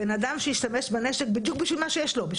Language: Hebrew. בן אדם שהשתמש בנשק בדיוק בשביל מה שיש לו אותו,